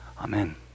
Amen